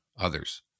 Others